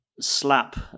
slap